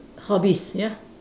hobbies ya